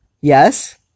Yes